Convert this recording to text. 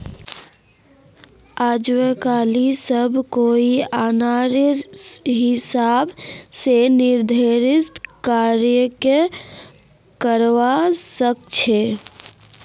आजकालित सब कोई अपनार हिसाब स निवेशेर प्रक्रिया करवा सख छ